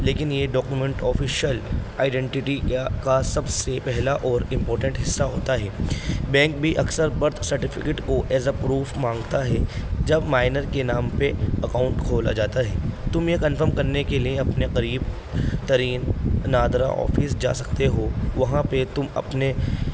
لیکن یہ document official identity کا سب سے پہلا اور امپورٹینٹ حصہ ہوتا ہے بینک بھی اکثر برتھ سرٹیفکیٹ کو ایز ا پروف مانگتا ہے جب مائنر کے نام پہ اکاؤنٹ کھولا جاتا ہے تم یہ کنفرم کرنے کے لیے اپنے قریب ترین نادرہ آفس جا سکتے ہو وہاں پہ تم اپنے